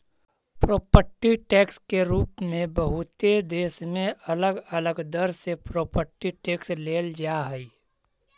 property tax के रूप में बहुते देश में अलग अलग दर से प्रॉपर्टी टैक्स लेल जा हई